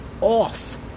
off